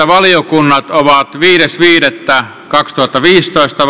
valiokunnat ovat viides viidettä kaksituhattaviisitoista